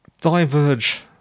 diverge